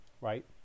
Right